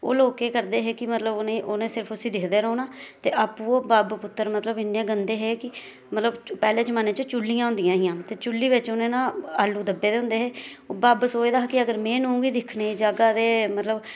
ओह् लोग केह् करदे हे उनें सिर्फ उसी दिखदे रौहना आपूंं ओह् बब्ब पुतर मतलब इन्ने गंदे हे कि मतलब पैहले जमाने च चुल्लियां होंदियां हियां ते चुल्ली बिच उनें ना आलू दब्बे दे होंदे हे ओह् बब्ब सोचदा हा के अगर में नूंह गी दिक्खने गी जागा ते मतलब